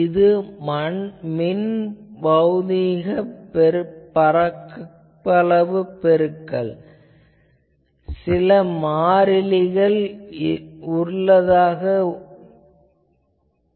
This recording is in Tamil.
இது மின் பௌதீக பரப்பளவு பெருக்கல் சில மாறிலிகள் என்பதாக உள்ளது